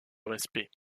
respect